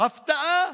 הפתעה: